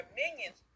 minions